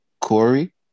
Corey